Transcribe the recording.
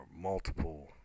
multiple